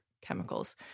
Chemicals